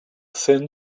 thin